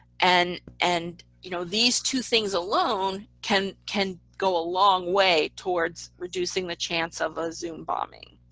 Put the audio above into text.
and and you know these two things alone can can go a long way towards reducing the chance of a zoom bombing.